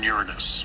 Uranus